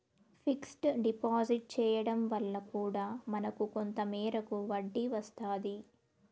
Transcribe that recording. fixed deposit చేయడం వల్ల కూడా మనకు కొంత మేరకు వడ్డీ వస్తాది